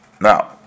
Now